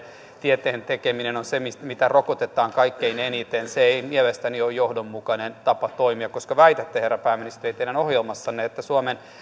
tieteen tekeminen on se mitä rokotetaan kaikkein eniten se ei mielestäni ole johdonmukainen tapa toimia koska väitätte herra pääministeri teidän ohjelmassanne että